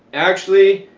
actually,